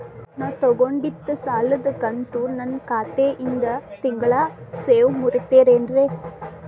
ನಾ ತೊಗೊಂಡಿದ್ದ ಸಾಲದ ಕಂತು ನನ್ನ ಖಾತೆಯಿಂದ ತಿಂಗಳಾ ನೇವ್ ಮುರೇತೇರೇನ್ರೇ?